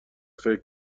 فکر